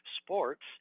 sports